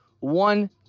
One